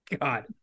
God